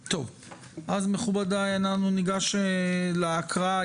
מכובדיי, אנחנו ניגש להקראה.